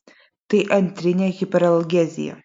tai antrinė hiperalgezija